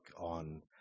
on